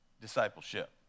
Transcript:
discipleship